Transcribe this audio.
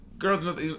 Girls